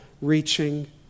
reaching